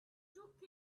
took